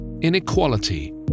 inequality